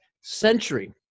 century